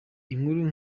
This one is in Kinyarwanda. inkuru